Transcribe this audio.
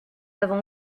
avons